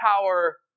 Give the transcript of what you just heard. power